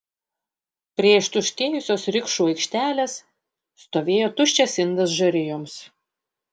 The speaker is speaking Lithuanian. prie ištuštėjusios rikšų aikštelės stovėjo tuščias indas žarijoms